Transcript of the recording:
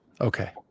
Okay